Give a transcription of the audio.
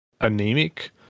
anemic